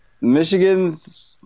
Michigan's